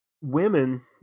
women